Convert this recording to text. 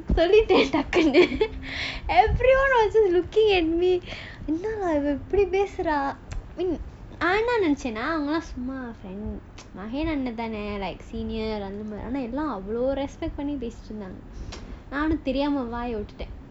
everyone was looking at me என்னமா அவ இப்டி பேசுற நான் என்ன நெனச்சேனா:ennamo ava ipdi pesura naan enna nenachena mahen அண்ணன்தானே நான் வந்து தெரியாம வாயவிட்டுட்டேன்:annanthaanae naan vandhu theriyaama vaayavittutaen